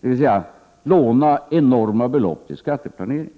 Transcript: dvs. låna enorma belopp till skatteplanering.